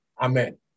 Amen